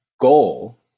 goal